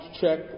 check